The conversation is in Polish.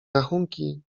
rachunki